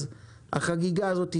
אז החגיגה הזאת תסתיים.